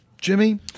Jimmy